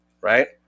right